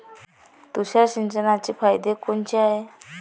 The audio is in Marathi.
तुषार सिंचनाचे फायदे कोनचे हाये?